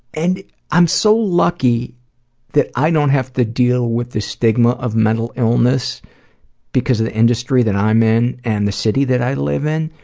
and i'm so lucky that i don't have to deal with the stigma of mental illness because of the industry that i'm in and the city that i live in,